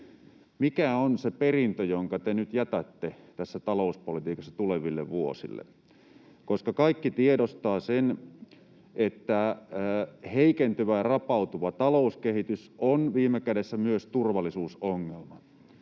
mikä on se perintö, jonka te nyt jätätte tässä talouspolitiikassa tuleville vuosille, koska kaikki tiedostavat sen, että heikentyvä ja rapautuva talouskehitys on viime kädessä myös turvallisuusongelma.